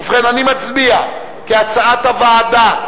ובכן, אני מצביע כהצעת הוועדה.